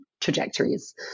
trajectories